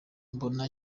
mbona